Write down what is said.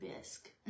bisque